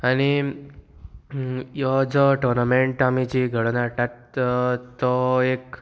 आनी हो जो टोर्नामेंट आमी जी घडोन हाडटात तो एक